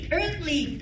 earthly